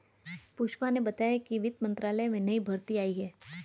पुष्पा ने बताया कि वित्त मंत्रालय में नई भर्ती आई है